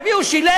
את מי הוא שילב?